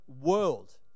world